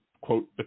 quote